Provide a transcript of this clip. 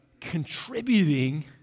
contributing